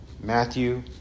Matthew